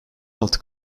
altı